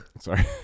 Sorry